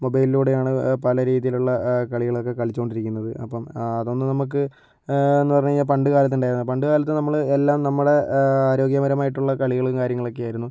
മൊബൈലിലൂടെ ആണ് പല രീതിയിലുള്ള കളികളൊക്കെ കളിച്ചുകൊണ്ടിരിക്കുന്നത് അപ്പം അതൊന്ന് നമുക്ക് എന്നു പറഞ്ഞു കഴിഞ്ഞാൽ പണ്ട് കാലത്ത് ഉണ്ടാരുന്ന പണ്ട് കാലത്ത് നമ്മൾ എല്ലാം നമ്മുടെ ആരോഗ്യപരമായിട്ടുള്ള കളികളും കാര്യങ്ങളക്കെ ആയിരുന്നു